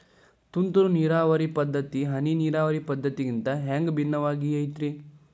ತುಂತುರು ನೇರಾವರಿ ಪದ್ಧತಿ, ಹನಿ ನೇರಾವರಿ ಪದ್ಧತಿಗಿಂತ ಹ್ಯಾಂಗ ಭಿನ್ನವಾಗಿ ಐತ್ರಿ?